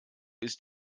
ist